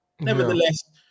Nevertheless